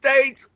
States